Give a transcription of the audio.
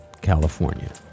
California